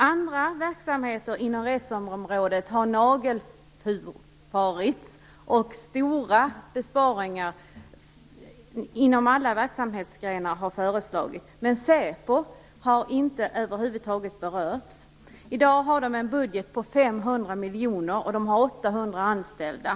Andra verksamheter inom rättsområdet har nagelfarits, och stora besparingar har föreslagits inom alla verksamhetsgrenar, men SÄPO har över huvud taget inte berörts. I dag har SÄPO en budget på 500 miljoner kronor och 800 anställda.